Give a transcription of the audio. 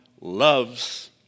loves